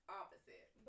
opposite